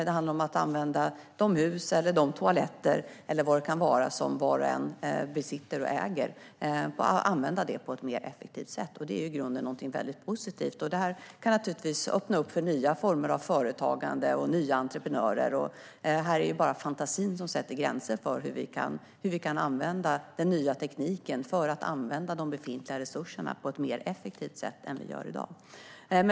Det handlar om att använda de hus, toaletter eller vad det nu kan vara, som var och en äger, på ett mer effektivt sätt. Det är i grunden något mycket positivt, och det kan naturligtvis öppna för nya former av företagande och nya entreprenörer. Här är det bara fantasin som sätter gränser för hur vi kan använda den nya tekniken för att utnyttja de befintliga resurserna på ett mer effektivt sätt än i dag.